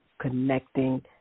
connecting